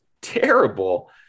terrible